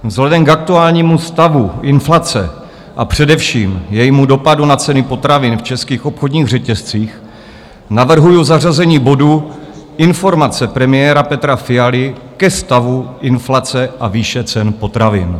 Vzhledem k aktuálnímu stavu inflace, a především jejímu dopadu na ceny potravin v českých obchodních řetězcích navrhuju zařazení bodu Informace premiéra Petra Fialy ke stavu inflace a výše cen potravin.